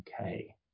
Okay